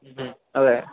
മ് അതെ